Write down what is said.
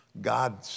God